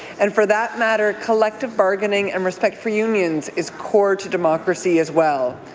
and for that matter, collective bargaining and respect for unions is core to democracy as well.